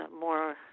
more